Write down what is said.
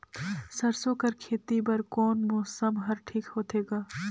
सरसो कर खेती बर कोन मौसम हर ठीक होथे ग?